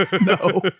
No